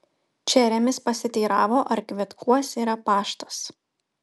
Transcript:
čeremis pasiteiravo ar kvetkuos yra paštas